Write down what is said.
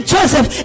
Joseph